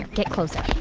get closer.